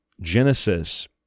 Genesis